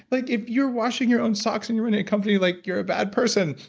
but if you're washing your own socks and you're running a company, like you're a bad person,